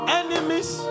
enemies